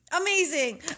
amazing